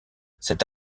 cette